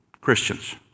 Christians